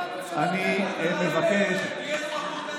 אני מבקש --- ליברמן לא הסכים.